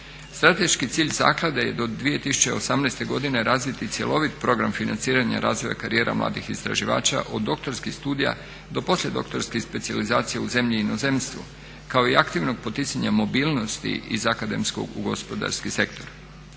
Strateški cilj zaklade je do 2018. godine razviti cjelovit program financiranja razvoja karijera mladih istraživača, od doktorskih studija do poslijedoktorskih specijalizacija u zemlji i inozemstvu kao i aktivnog poticanja mobilnosti iz akademskog u gospodarski sektor.